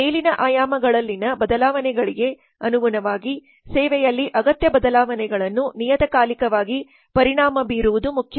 ಮೇಲಿನ ಆಯಾಮಗಳಲ್ಲಿನ ಬದಲಾವಣೆಗಳಿಗೆ ಅನುಗುಣವಾಗಿ ಸೇವೆಯಲ್ಲಿ ಅಗತ್ಯ ಬದಲಾವಣೆಗಳನ್ನು ನಿಯತಕಾಲಿಕವಾಗಿ ಪರಿಣಾಮ ಬೀರುವುದು ಮುಖ್ಯ